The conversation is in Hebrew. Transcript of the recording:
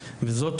הזאת.